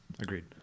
agreed